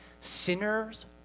sinners